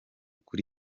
kuri